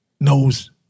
knows